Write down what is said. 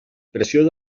preciós